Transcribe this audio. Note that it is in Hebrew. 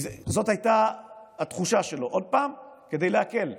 זו הייתה התחושה שלו, עוד פעם, כדי להקל,